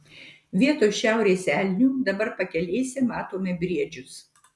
vietoj šiaurės elnių dabar pakelėse matome briedžius